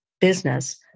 business